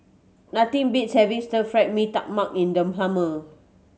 nothing beats having Stir Fried Mee Tai Mak in the summer